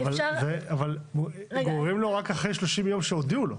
אבל גוררים לו רק 30 ימים אחרי שהודיעו לו.